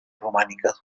romànica